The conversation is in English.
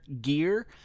gear